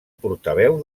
portaveu